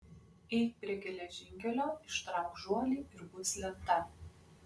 eik prie geležinkelio ištrauk žuolį ir bus lenta